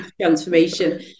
transformation